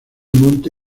monte